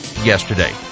yesterday